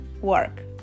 work